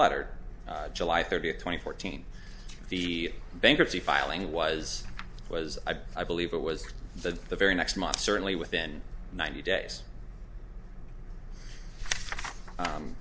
letter july thirtieth twenty fourteen the bankruptcy filing was was i believe it was the very next month certainly within ninety days